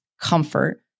comfort